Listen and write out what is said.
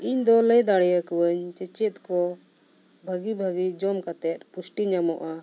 ᱤᱧ ᱫᱚ ᱞᱟᱹᱭ ᱫᱟᱲᱮᱭᱟᱠᱚᱣᱟᱹᱧ ᱡᱮ ᱪᱮᱫ ᱠᱚ ᱵᱷᱟᱹᱜᱤ ᱵᱷᱟᱹᱜᱤ ᱡᱚᱢ ᱠᱟᱛᱮᱫ ᱯᱩᱥᱴᱤ ᱧᱟᱢᱚᱜᱼᱟ